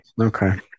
Okay